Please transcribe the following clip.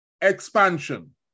expansion